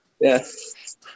Yes